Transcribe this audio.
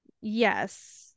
Yes